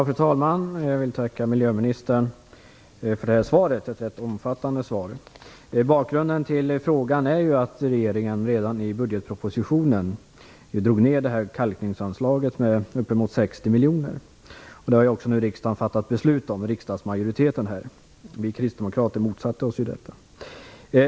Fru talman! Jag vill tacka miljöministern för det rätt omfattande svaret. Bakgrunden till frågan är att regeringen redan i budgetpropositionen drog ned kalkningsanslaget med uppemot 60 miljoner. Det har riksdagsmajoriteten nu också fattat beslut om. Vi kristdemokrater motsatte oss förslaget.